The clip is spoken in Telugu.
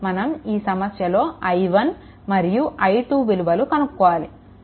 మనం ఈ సమస్యలో i1 మరియు i2 విలువలు కనుక్కోవాలి